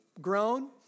grown